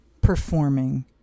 performing